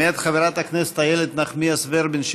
מאת חברת הכנסת איילת נחמיאס ורבין,